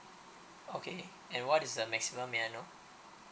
okay and what is the maximum may I know